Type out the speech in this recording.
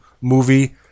movie